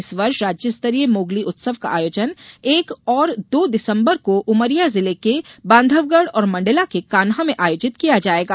इस वर्ष राज्य स्तरीय मोगली उत्सव का आयोजन एक और दो दिसम्बर को उमरिया जिले के बांधोगढ़ और मंडला के कान्हा में आयोजित किया जायेगा